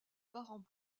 parents